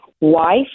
wife